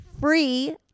free